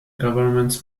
governments